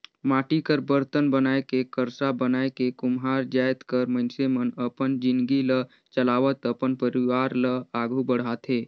माटी कर बरतन बनाए के करसा बनाए के कुम्हार जाएत कर मइनसे मन अपन जिनगी ल चलावत अपन परिवार ल आघु बढ़ाथे